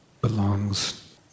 belongs